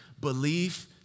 belief